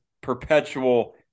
perpetual